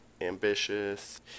Ambitious